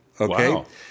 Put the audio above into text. Okay